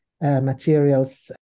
materials